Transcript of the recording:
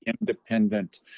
independent